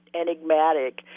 enigmatic